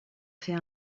fait